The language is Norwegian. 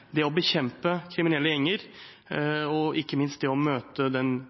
Det å bekjempe kriminelle gjenger og ikke minst det å møte den